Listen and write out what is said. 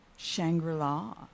Shangri-La